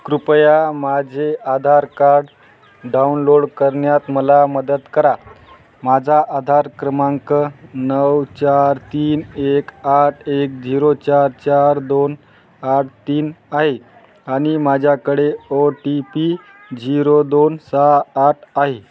कृपया माझे Aadhaar card download करण्यात मला मदत करा माझा आधार क्रमांक नऊ चार तीन एक आठ एक झिरो चार चार दोन आठ तीन आहे आणि माझ्याकडे ओ टी पी झिरो दोन सहा आठ आहे